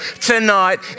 tonight